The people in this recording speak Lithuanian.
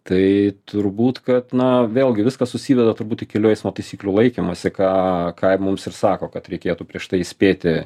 tai turbūt kad na vėlgi viskas susiveda turbūt į kelių eismo taisyklių laikymąsi ką ką mums ir sako kad reikėtų prieš tai įspėti